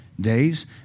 days